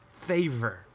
favor